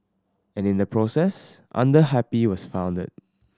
and in the process Under Happy was founded